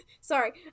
Sorry